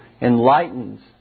enlightens